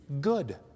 good